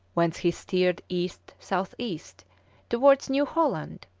whence he steered east-south-east towards new holland,